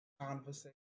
conversation